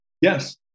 Yes